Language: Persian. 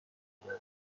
اینطور